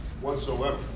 whatsoever